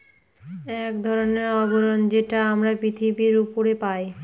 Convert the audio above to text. এক ধরনের আবরণ যেটা আমরা পৃথিবীর উপরে পাই